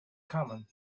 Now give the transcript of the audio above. common